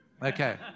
Okay